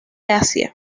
asia